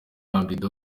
ushinzwe